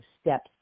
steps